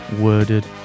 worded